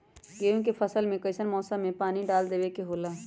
गेहूं के फसल में कइसन मौसम में पानी डालें देबे के होला?